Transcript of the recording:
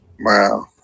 Wow